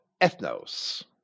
ethnos